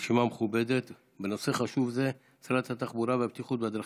מהרשימה המכובדת בנושא חשוב זה שרת התחבורה והבטיחות בדרכים,